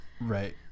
Right